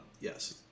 yes